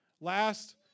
Last